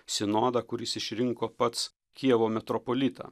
sinodą kuris išrinko pats kijevo metropolitą